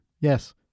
Yes